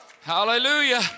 Hallelujah